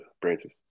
branches